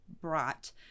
brought